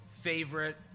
favorite